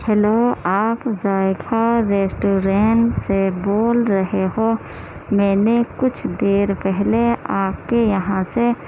hello آپ Zaiqa restaurant سے بول رہے ہو میں نے کچھ دیر پہلے آپ کے یہاں سے